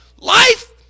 life